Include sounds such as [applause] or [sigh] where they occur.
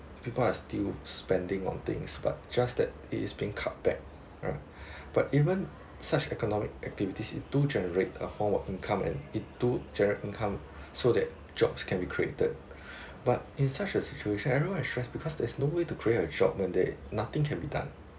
people are still spending on thing but just that it is being cut back right but even such economic activities it do generate a form of income and it do generate income so that jobs can be created [breath] but in such a situation everyone is stress because there's no way to create a job when there nothing can be done